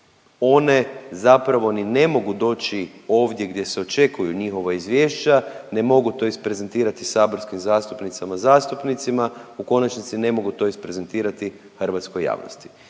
one zapravo ni ne mogu doći ovdje gdje se očekuju njihova izvješća, ne mogu to isprezentirati saborskim zastupnicama, zastupnicima. U konačnici ne mogu to isprezentirati hrvatskoj javnosti.